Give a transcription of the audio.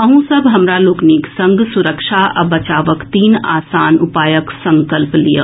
अहूँ सब हमरा लोकनिक संग सुरक्षा आ बचावक तीन आसान उपायक संकल्प लियऽ